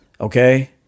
okay